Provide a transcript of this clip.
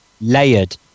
layered